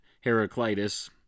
Heraclitus